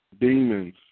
demons